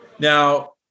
Now